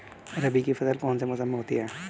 रबी की फसल कौन से मौसम में होती है?